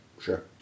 Sure